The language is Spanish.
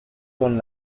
con